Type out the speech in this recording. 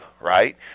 right